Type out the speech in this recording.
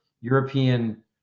European